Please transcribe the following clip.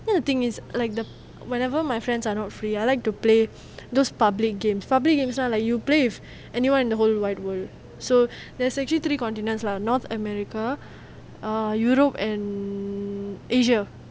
then the thing is like the whenever my friends are not free I like to play those public games public games are like you play with anyone in the whole wide world so there's actually three continent lah north america europe and asia